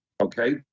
Okay